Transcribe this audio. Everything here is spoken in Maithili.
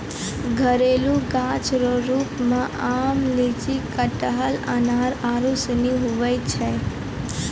घरेलू गाछ रो रुप मे आम, लीची, कटहल, अनार आरू सनी हुवै छै